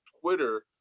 Twitter